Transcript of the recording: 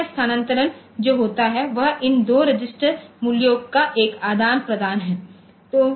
तो यह स्थानांतरण जो होता है वह इन दो रजिस्टर मूल्यों का एक आदान प्रदान है